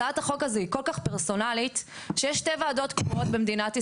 הצעת החוק הזאת היא כל כך פרסונלית שיש שתי ועדות קרואות במדינת ישראל.